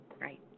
right